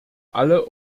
alle